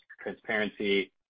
transparency